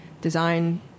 design